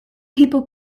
people